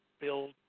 build